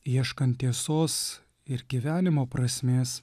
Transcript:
ieškant tiesos ir gyvenimo prasmės